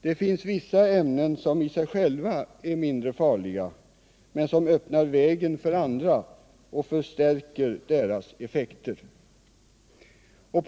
Det finns vissa ämnen som i sig själva är mindre farliga men som öppnar vägen för andra och förstärker deras effekter.